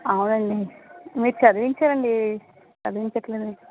అవును అండి మీరు చదివించారండి చదివించట్లేదు అని